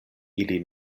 ili